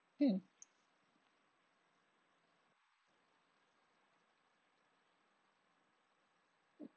mm